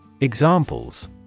Examples